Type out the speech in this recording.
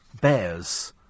Bears